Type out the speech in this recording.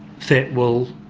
that will